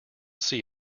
see